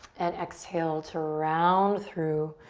and exhale to round through,